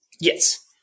yes